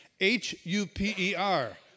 H-U-P-E-R